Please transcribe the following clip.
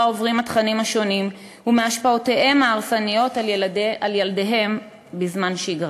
עוברים התכנים השונים והשפעותיהם ההרסניות על ילדיהם בזמן שגרה.